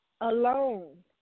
alone